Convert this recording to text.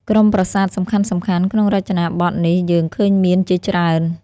ក្រុមប្រាសាទសំខាន់ៗក្នុងរចនាបថនេះយើងឃើញមានជាច្រើន។